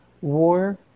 war